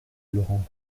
laurent